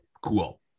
cool